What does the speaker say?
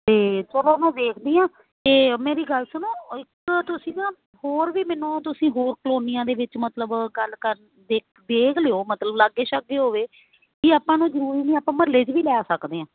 ਅਤੇ ਚਲੋ ਮੈਂ ਵੇਖਦੀ ਹਾਂ ਤੇ ਮੇਰੀ ਗੱਲ ਸੁਣੋ ਇੱਕ ਤੁਸੀਂ ਨਾ ਹੋਰ ਵੀ ਮੈਨੂੰ ਤੁਸੀਂ ਹੋਰ ਕਲੋਨੀਆਂ ਦੇ ਵਿੱਚ ਮਤਲਬ ਗੱਲ ਕਰ ਦੇਖ ਦੇਖ ਲਿਓ ਮਤਲਬ ਲਾਗੇ ਛਾਗੇ ਹੋਵੇ ਕੀ ਆਪਾਂ ਨੂੰ ਜ਼ਰੂਰੀ ਨਹੀਂ ਆਪਾਂ ਮੁਹੱਲੇ 'ਚ ਵੀ ਲੈ ਸਕਦੇ ਹਾਂ